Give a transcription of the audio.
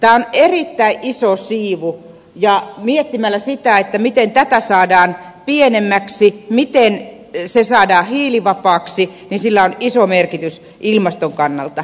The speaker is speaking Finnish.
tämä on erittäin iso siivu ja miettimällä sitä miten tätä saadaan pienemmäksi miten se saadaan hiilivapaaksi sillä on iso merkitys ilmaston kannalta